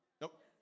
Nope